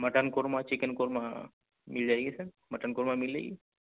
mutton korma chicken korma مل جائے گی سر مٹن قورمہ مل جائے گی